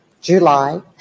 July